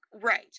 Right